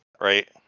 right